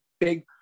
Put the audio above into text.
big